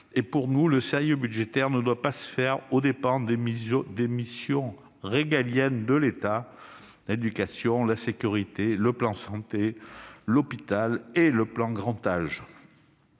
Pour nous, le sérieux budgétaire ne doit pas se faire aux dépens des missions régaliennes de l'État, comme l'éducation, la sécurité, le plan Santé, avec l'hôpital, et le plan Grand Âge.